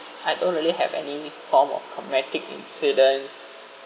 I don't really have any form of traumatic incident